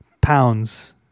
pounds